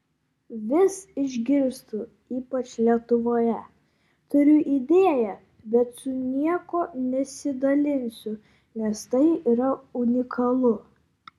vis išgirstu ypač lietuvoje turiu idėją bet su niekuo nesidalinsiu nes tai yra unikalu